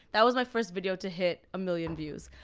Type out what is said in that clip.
that was my first video to hit a million views.